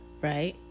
right